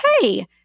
hey